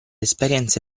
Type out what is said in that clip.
esperienze